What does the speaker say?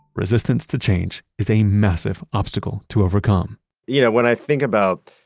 resistance to change is a massive obstacle to overcome you know, when i think about,